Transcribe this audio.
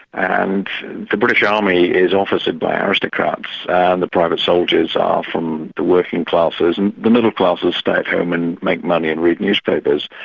and the british army is officered by ah aristocrats and the private soldiers are from the working classes, and the middle classes stay at home and make money and read newspapers.